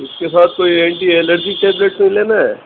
اس کے ساتھ کوئی اینٹی ایلرجی ٹیبلیٹ میں لینا ہے